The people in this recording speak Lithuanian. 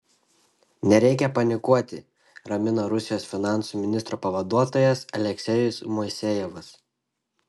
nereikia panikuoti ramina rusijos finansų ministro pavaduotojas aleksejus moisejevas